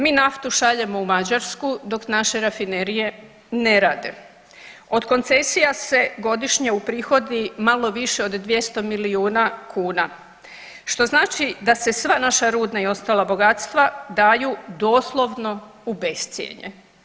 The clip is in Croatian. Mi naftu šaljemo u Mađarsku dok naše rafinerije ne rade, od koncesija se godišnje uprihodi malo više od 200 milijuna kuna, što znači da se sva naša rudna i ostala bogatstva daju doslovno u bescjenje.